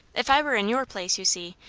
if i were in your place, you see,